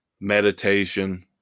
meditation